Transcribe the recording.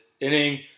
Inning